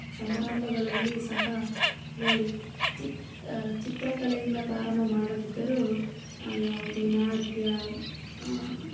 ಸಮಾರಂಭಗಳಲ್ಲಿ ಸಹ ನೋಡಿ ಚಿತ್ ಚಿತ್ರಕಲೆಯಿಂದ ಪ್ರಾರಂಭ ಮಾಡದಿದ್ದರೂ ಯಾವುದು ನಾಟ್ಯ